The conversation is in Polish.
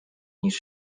niż